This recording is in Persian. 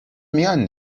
میان